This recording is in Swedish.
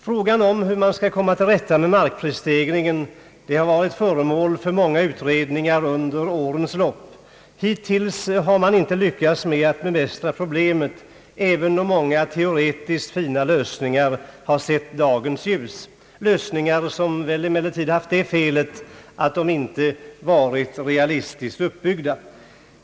Frågan om hur man skall komma till rätta med markprisstegringen har varit föremål för många utredningar under årens lopp. Hittills har man inte lyckats bemästra problemen, även om många teoretiskt fina lösningar har sett dagens ljus, lösningar som väl har haft det felet att de inte varit realistiskt uppbyggda.